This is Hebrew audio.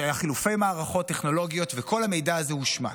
היו חילופי מערכות טכנולוגיות וכל המידע הזה הושמד.